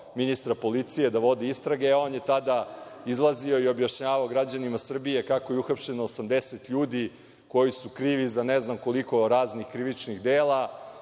ministra policije, da vodi istrage, a on je tada izlazio i objašnjavao građanima Srbije kako je uhapšeno 80 ljudi koji su krivi za ne znam koliko raznih krivičnih dela